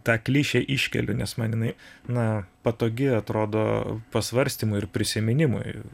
tą klišę iškeliu nes man jinai na patogi atrodo pasvarstymui ir prisiminimui